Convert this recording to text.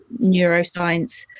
neuroscience